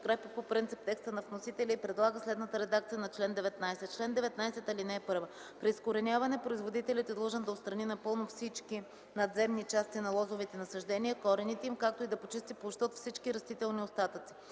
подкрепя по принцип текста на вносителя и предлага следната редакция на чл. 19: „Чл. 19. (1) При изкореняване производителят е длъжен да отстрани напълно всички надземни части на лозовите насаждения, корените им, както и да почисти площта от всички растителни остатъци.